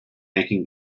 making